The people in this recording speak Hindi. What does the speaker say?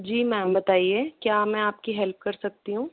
जी मैम बताइए क्या मैं आपकी हेल्प कर सकती हूँ